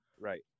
right